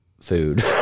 food